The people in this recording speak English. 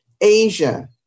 Asia